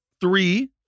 three